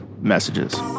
Messages